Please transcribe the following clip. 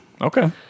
Okay